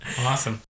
awesome